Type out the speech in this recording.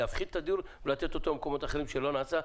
להפחית תדירות ולתת אותו במקומות אחרים שלא נעשה.